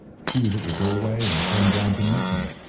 she was at the doorway, and came down to meet him.